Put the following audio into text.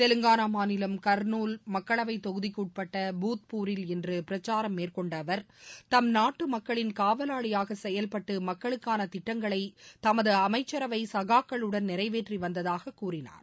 தெலங்காளா மாநிலம் கர்னூல் மக்களவை தொகுதிக்கு உட்பட்ட பூதப்பூரில் இன்று பிரச்சாரம் மேற்கொண்ட அவர் தம் நாட்டு மக்களின் காவலாளியாக செயல்பட்டு மக்களுக்கான திட்டங்களை தமது அமைச்சரவை சகாக்களுடன் நிறைவேற்றிவந்ததாக கூறினார்